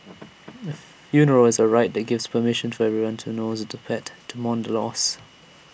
A funeral is A ritual that gives permission for everyone to knows the pet to mourn the loss